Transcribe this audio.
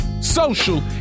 social